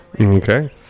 Okay